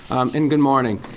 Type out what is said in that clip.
and good morning.